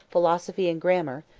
philosophy and grammar,